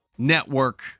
network